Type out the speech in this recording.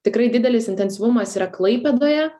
tikrai didelis intensyvumas yra klaipėdoje